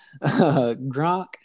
Gronk